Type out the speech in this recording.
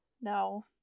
No